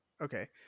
Okay